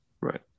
Right